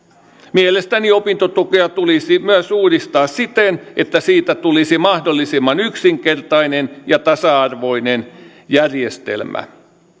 mielestäni opintotukea tulisi myös uudistaa siten että siitä tulisi mahdollisimman yksinkertainen ja tasa arvoinen järjestelmä